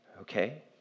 Okay